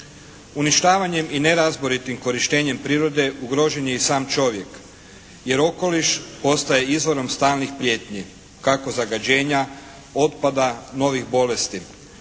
Uništavanjem i nerazboritim korištenjem prirode ugrožen je i sam čovjek. Jer okoliš postaje izvorom stalnih prijetnji, kako zagađenja, otpada, novih bolesti,